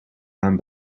aan